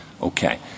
Okay